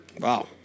Wow